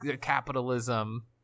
capitalism